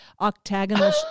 octagonal